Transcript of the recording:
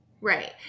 right